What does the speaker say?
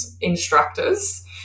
instructors